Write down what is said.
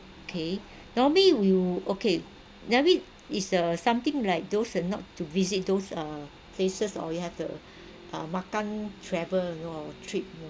K normally we'll okay normally it's uh something like those uh not to visit those uh places or we have to uh makan travel you know our trip you know